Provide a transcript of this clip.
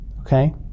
okay